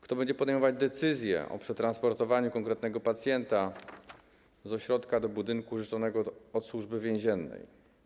Kto będzie podejmować decyzję o przetransportowaniu konkretnego pacjenta z ośrodka do budynku użyczonego od Służby Więziennej?